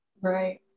Right